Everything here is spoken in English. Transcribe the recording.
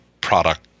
product